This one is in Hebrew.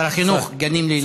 שר החינוך, גנים לילדים.